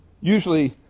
usually